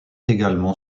également